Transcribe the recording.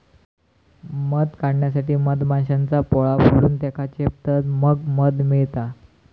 मध काढण्यासाठी मधमाश्यांचा पोळा फोडून त्येका चेपतत मग मध मिळता